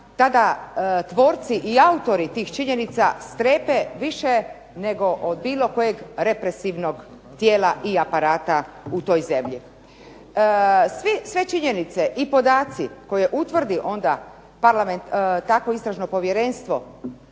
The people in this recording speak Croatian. tada tvorci i autori tih činjenica strepe više nego od bilo kojeg represivnog tijela i aparata u toj zemlji. Sve činjenice i podaci koje utvrdi onda to istražno povjerenstvo